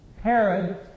Herod